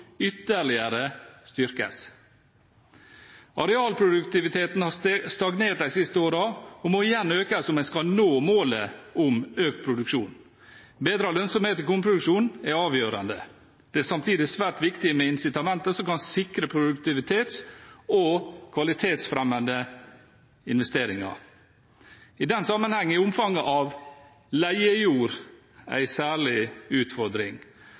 styrkes ytterligere. Arealproduktiviteten har stagnert de siste årene og må igjen økes om en skal nå målet om økt produksjon. Bedret lønnsomhet i kornproduksjonen er avgjørende. Det er samtidig svært viktig med incitamenter som kan sikre produktivitets- og kvalitetsfremmende investeringer. I den sammenheng er omfanget av leiejord en særlig utfordring.